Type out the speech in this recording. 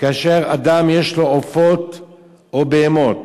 כאשר לאדם יש עופות או בהמות